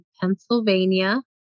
Pennsylvania